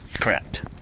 Correct